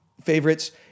favorites